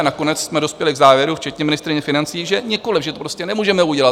Nakonec jsme dospěli k závěru, včetně ministryně financí, že nikoliv, že to prostě nemůžeme udělat.